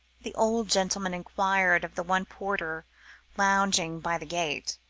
the old gentleman enquired of the one porter lounging by the gate,